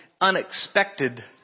Unexpected